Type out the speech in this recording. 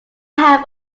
have